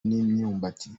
n’imyumbati